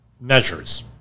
Measures